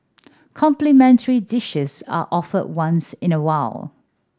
complimentary dishes are offered once in a while